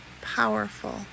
powerful